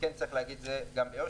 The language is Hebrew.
צריך להגיד ביושר,